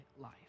life